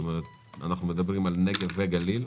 אנחנו מדברים על הנגב והגליל.